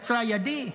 קצרה ידי.